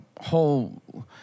whole